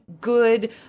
good